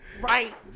right